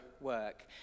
work